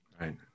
Right